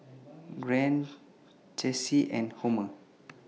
Grant Chessie and Homer